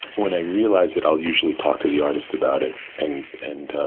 when i realize it, i'll usually talk to the artist about it, and and